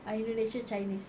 ah indonesian chinese